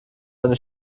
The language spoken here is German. eine